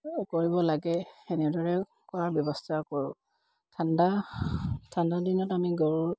কৰিব লাগে এনেদৰে কৰোৱাৰ ব্যৱস্থা কৰোঁ ঠাণ্ডা ঠাণ্ডা দিনত আমি গৰুৰ